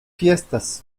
fiestas